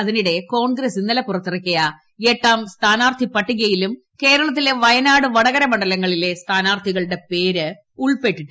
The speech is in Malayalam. അതിനിടെ കോൺഗ്രസ്സ് ഇന്നലെ പുറത്തിറക്കിയ എട്ടാം ഘട്ട സ്ഥാനാർത്ഥിപട്ടികയിലും കേരള ത്തിലെ വയനാട് വടകര മണ്ഡലങ്ങളിലെ സ്ഥാനാർത്ഥികളുടെ പേര് ഉൾപ്പെട്ടിട്ടില്ല